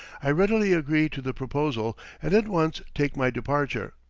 i readily agree to the proposal and at once take my departure.